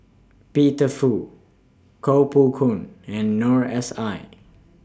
Peter Fu Kuo Pao Kun and Noor S I